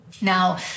Now